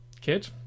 kid